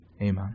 Amen